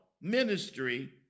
ministry